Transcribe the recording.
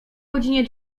godzinie